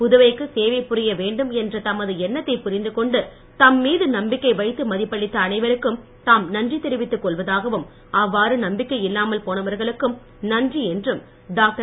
புதுவைக்கு சேவை புரிய வேண்டும் என்ற தமது எண்ணத்தை புரிந்து கொண்டு தம்மீது நம்பிக்கை வைத்து மதிப்பளித்த அனைவருக்கும் தாம் நன்றி தெரிவித்து கொள்வதாகவும் அவ்வாறு நம்பிக்கை இல்லாமல் போனவர்களுக்கும் நன்றி என்றும் டாக்டர்